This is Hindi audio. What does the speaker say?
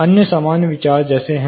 अन्य सामान्य विचार जैसे हैं